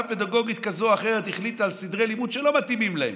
פדגוגית כזו או אחרת החליטה על סדרי לימוד שלא מתאימים להם.